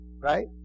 Right